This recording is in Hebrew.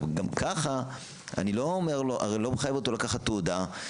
גם ככה אני הרי לא מחייב אותו לקחת תעודה,